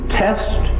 test